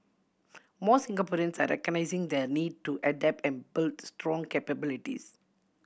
more Singaporeans are recognising the need to adapt and builds strong capabilities